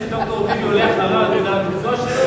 זה שד"ר טיבי עולה אחריו זה בגלל המקצוע שלו,